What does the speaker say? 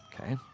Okay